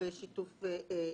בשיתוף איתנו.